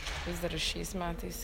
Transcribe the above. vis dar ir šiais metais